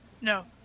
No